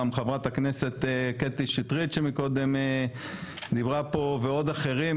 גם חברת הכנסת קטי שטרית שמקודם דיברה פה ועוד אחרים.